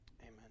amen